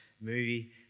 movie